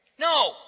No